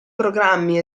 programmi